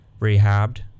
Rehabbed